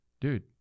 dude